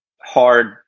hard